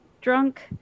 drunk